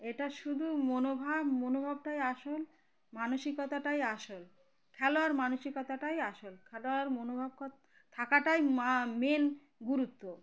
এটা শুধু মনোভাব মনোভাবটাই আসল মানসিকতাটাই আসল খেলোয়ার মানসিকতাটাই আসল খেলোয়ার মনোভাব কত থাকাটাই মা মেইন গুরুত্ব